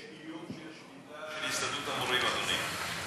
יש איום של שביתה של הסתדרות המורים, אדוני.